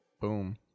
Boom